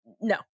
no